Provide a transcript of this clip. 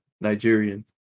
Nigerian